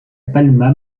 palma